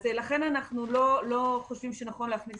לכן אנחנו חושבים שלא נכון להכניס